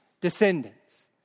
descendants